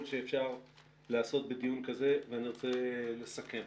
שאפשר לעשות בדיון כזה ואני רוצה לסכם.